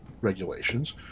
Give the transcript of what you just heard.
regulations